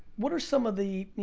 what are some of the,